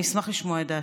אשמח לשמוע את דעתך.